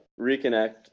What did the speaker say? reconnect